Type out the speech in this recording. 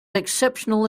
exceptional